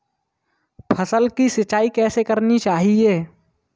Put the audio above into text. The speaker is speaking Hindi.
फसल की सिंचाई कैसे करनी चाहिए?